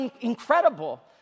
incredible